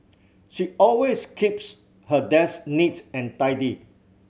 she always keeps her desk neat's and tidy